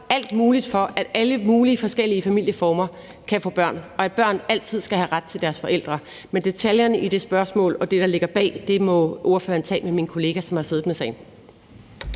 alt muligt for, at folk i alle mulige forskellige familieformer kan få børn, og at børn altid skal have ret til deres forældre. Men detaljerne i det spørgsmål og det, der ligger bag, må ordføreren tage med min kollega, som har siddet med sagen.